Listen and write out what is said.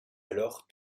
alors